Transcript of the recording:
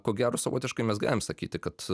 ko gero savotiškai mes galim sakyti kad